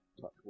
touch